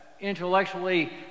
intellectually